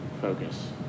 focus